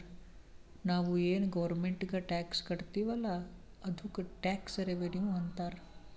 ನಾವು ಏನ್ ಗೌರ್ಮೆಂಟ್ಗ್ ಟ್ಯಾಕ್ಸ್ ಕಟ್ತಿವ್ ಅಲ್ಲ ಅದ್ದುಕ್ ಟ್ಯಾಕ್ಸ್ ರೆವಿನ್ಯೂ ಅಂತಾರ್